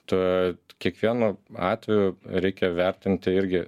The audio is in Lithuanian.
tad kiekvienu atveju reikia vertinti irgi